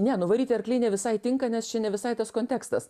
ne nuvaryti arkliai ne visai tinka nes čia ne visai tas kontekstas